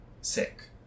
sick